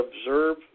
observe